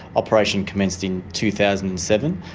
operation commenced in two thousand and seven.